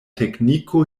tekniko